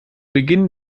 beginn